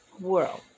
world